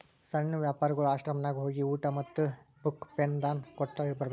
ಸಣ್ಣು ಪಾರ್ಗೊಳ್ ಆಶ್ರಮನಾಗ್ ಹೋಗಿ ಊಟಾ ಮತ್ತ ಬುಕ್, ಪೆನ್ ದಾನಾ ಕೊಟ್ಟ್ ಬರ್ಬೇಕ್